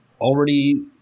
already –